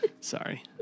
Sorry